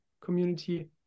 community